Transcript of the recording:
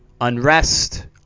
unrest